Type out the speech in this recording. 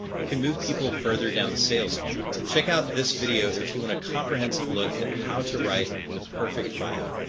and can move people further down the sales funnel. check out this video if you want a comprehensive look at how to write the perfect bio,